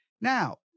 Now